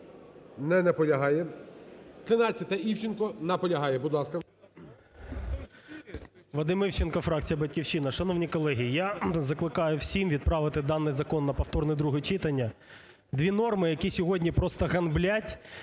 Не наполягає. 13-а. Івченко. Наполягає. Будь ласка.